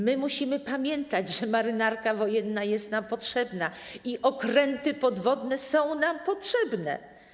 Musimy pamiętać, że Marynarka Wojenna jest nam potrzebna i okręty podwodne są nam potrzebne.